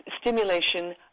stimulation